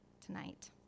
tonight